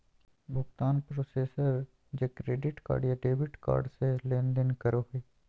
भुगतान प्रोसेसर जे credit card या डेबिट कार्ड से लेनदेन करो हइ